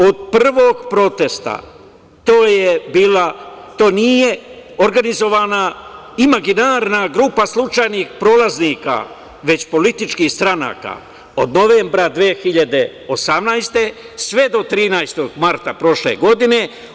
Od prvog protesta to nije organizovana imaginarna grupa slučajnih prolaznika, već političkih stranaka", od novembra 2018. godine sve do 13. marta prošle godine.